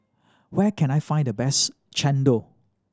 where can I find the best chendol